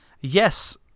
yes